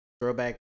throwback